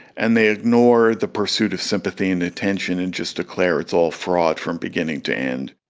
and they ignore the pursuit of sympathy and attention and just declare it's all fraud from beginning to end.